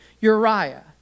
Uriah